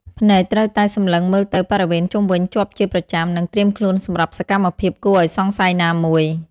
ភ្នែកត្រូវតែសម្លឹងមើលទៅបរិវេណជុំវិញជាប់ជាប្រចាំ និងត្រៀមខ្លួនសម្រាប់សកម្មភាពគួរឱ្យសង្ស័យណាមួយ។